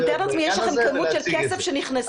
אני מתארת לעצמי שיש לכם כמות של כסף שנכנסה,